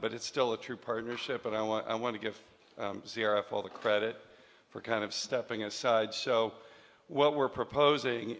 but it's still a true partnership but i want i want to give all the credit for kind of stepping aside so what we're proposing